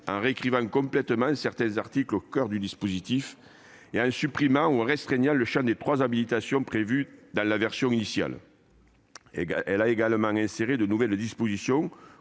en réécrivant complètement certains articles qui sont au coeur du dispositif et en supprimant ou restreignant le champ des trois habilitations prévues dans la version initiale. Elle a également inséré dans le texte de nouvelles dispositions